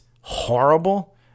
horrible